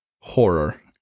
horror